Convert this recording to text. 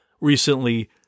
recently